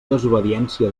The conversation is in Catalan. desobediència